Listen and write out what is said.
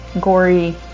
gory